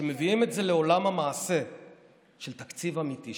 כשמביאים את זה לעולם המעשה של תקציב אמיתי,